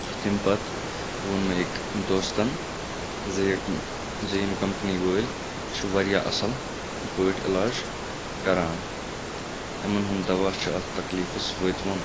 تَمہِ پَتہٕ ووٚن مےٚ أکۍ دوستَن زِ یہِ زِ یم کَمپنی وٲلۍ چھِ واریاہ اصٕل پٲٹھۍ علاج کران یِمَن ہُنٛد دوا چھُ اَتھ تَکلیٖفَس وٲتۍ وُن